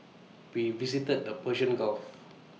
we visited the Persian gulf